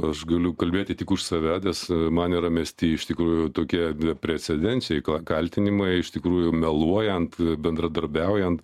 aš galiu kalbėti tik už save nes man yra mesti iš tikrųjų tokie beprecedenčiai kaltinimai iš tikrųjų meluojant bendradarbiaujant